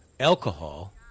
alcohol